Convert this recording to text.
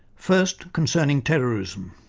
first, concerning terrorism,